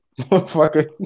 Motherfucker